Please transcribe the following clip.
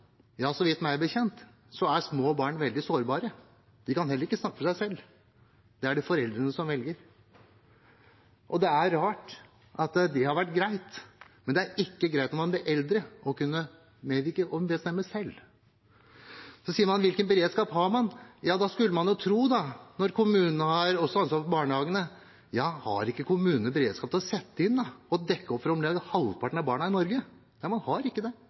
Så vidt jeg vet, er små barn veldig sårbare. De kan heller ikke snakke for seg selv. Foreldrene velger. Det er rart at det har vært greit, men å kunne medvirke til å bestemme selv er ikke greit når man blir eldre. Så sier man: Hvilken beredskap har man? Når kommunene har ansvar for barnehagene, har ikke kommunene da beredskap til å sette inn og dekke opp for mer enn halvparten av barna i Norge? Nei, man har ikke det.